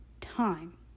time